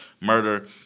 murder